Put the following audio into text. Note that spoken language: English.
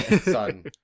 son